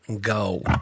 go